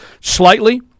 slightly